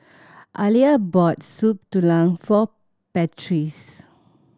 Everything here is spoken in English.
Aliya bought Soup Tulang for